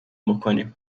بکنیم